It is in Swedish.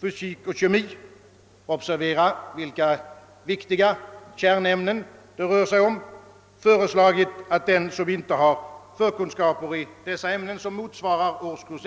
fysik och kemi — observera vilka viktiga kärnämnen det rör sig om! — föreslagit, att den som inte har förkunskaper i dessa ämnen motsvarande årskurs.